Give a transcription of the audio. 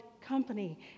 company